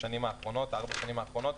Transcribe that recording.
ארבע השנים האחרונות.